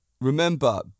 remember